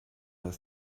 ist